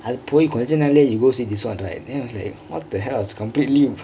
அது போய் கொன்ஜ நாளையே:athu poi konja naalaiye he go see this one right I was like what the hell I was completely